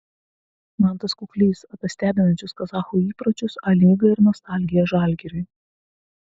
mantas kuklys apie stebinančius kazachų įpročius a lygą ir nostalgiją žalgiriui